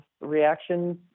reactions